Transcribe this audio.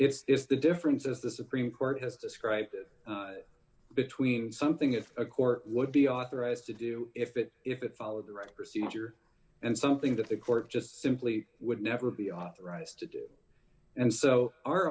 it's the difference as the supreme court has described it between something that a court would be authorized to do if it if it followed the right procedure and something that the court just simply would never be authorized to do and so our